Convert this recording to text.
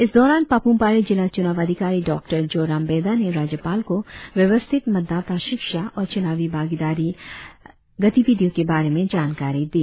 इस दौरान पापुमपारे जिला चुनाव अधिकारी डॉ जोराम बेदा ने राज्यपाल को व्यवस्थित मतदाता शिक्षा और चूनावी भागीदारी गतिविधियों के बारे में जानकारी दी